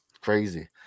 crazy